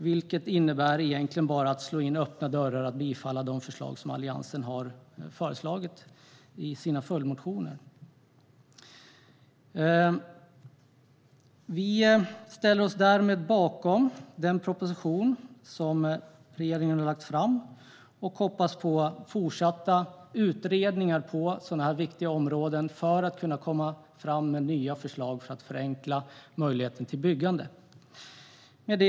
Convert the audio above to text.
Det innebär därför egentligen bara att slå in öppna dörrar att bifalla de förslag som Alliansen har lagt fram i sina följdmotioner. Vi sverigedemokrater ställer oss därmed bakom den proposition som regeringen har lagt fram och hoppas på fortsatta utredningar på sådana här viktiga områden för att kunna komma fram med nya förslag för att förenkla möjligheten till byggande.